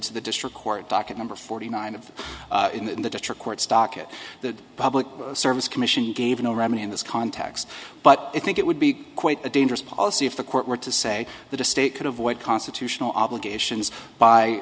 to the district court docket number forty nine of them in the district court's docket the public service commission gave no remedy in this context but i think it would be quite a dangerous policy if the court were to say that a state could avoid constitutional obligations by